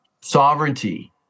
sovereignty